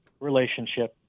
relationship